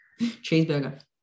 Cheeseburger